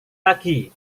pagi